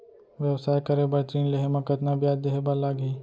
व्यवसाय करे बर ऋण लेहे म कतना ब्याज देहे बर लागही?